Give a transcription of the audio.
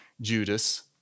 Judas